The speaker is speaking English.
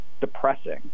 depressing